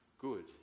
good